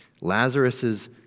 Lazarus's